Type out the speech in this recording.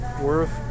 Worth